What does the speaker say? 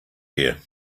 here